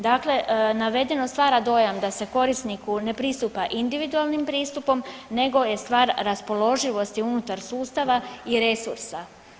Dakle, navedeno stvara dojam da se korisniku ne pristupa individualnim pristupom nego je stvar raspoloživosti unutar sustava i resursa.